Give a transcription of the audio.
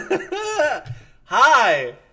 Hi